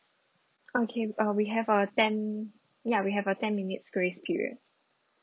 okay uh we have a ten ya we have a ten minutes grace period